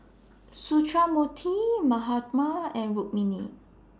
Sundramoorthy Mahatma and Rukmini